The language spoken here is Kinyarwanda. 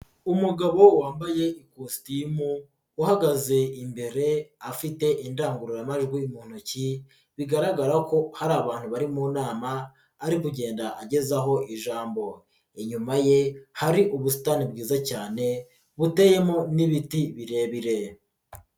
Umugabo wambaye ikositimu uhagaze imbere afite indangururamajwi mu ntoki bigaragara ko hari abantu bari mu nama ari kugenda agezaho ijambo, inyuma ye hari ubusitani bwiza cyane buteyemo n'ibiti birebire.